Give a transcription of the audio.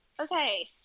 okay